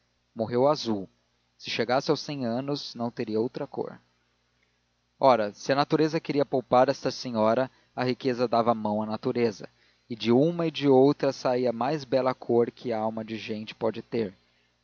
morreu azul se chegasse aos cem anos não teria outra cor ora se a natureza queria poupar esta senhora a riqueza dava a mão à natureza e de uma e de outra saía a mais bela cor que alma de gente pode